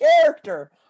character